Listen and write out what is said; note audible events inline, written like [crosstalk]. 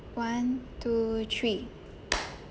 one two three [noise]